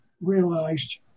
realized